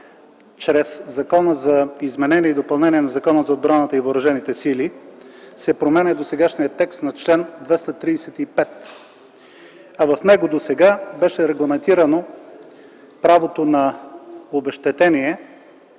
чрез Закона за изменение и допълнение на Закона за отбраната и въоръжените сили се променя досегашния текст на чл. 235, а в него досега беше регламентирано правото на обезщетение